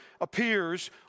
appears